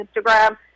Instagram